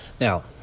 Now